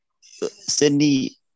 Sydney